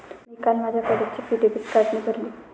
मी काल माझ्या कॉलेजची फी डेबिट कार्डने भरली